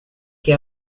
que